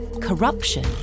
corruption